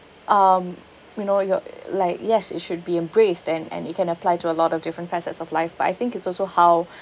um you know you're uh like yes it should be embraced and and you can apply to a lot of different facets of life but I think it's also how